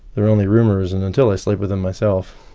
they're only rumours and until i sleep with them myself,